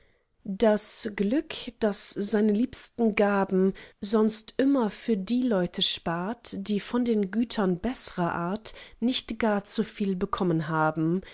das glück das seine liebsten gaben sonst immer für die leute spart die von den gütern beßrer art nicht gar zuviel bekommen haben